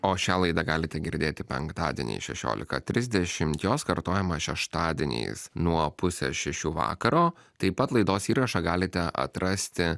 o šią laidą galite girdėti penktadienį šešiolika trisdešimt jos kartojimas šeštadieniais nuo pusės šešių vakaro taip pat laidos įrašą galite atrasti